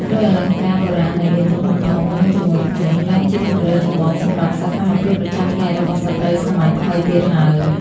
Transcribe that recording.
គ្រឿងអលង្ការបុរាណដែលមានទំហំធំ និងទម្ងន់ធ្ងន់ លែងជាជម្រើសចម្បងសម្រាប់សកម្មភាពប្រចាំថ្ងៃរបស់ស្ត្រីសម័យថ្មីទៀតហើយ។